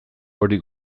hori